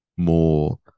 more